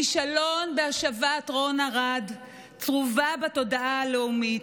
הכישלון בהשבת רון ארד צרוב בתודעה הלאומית.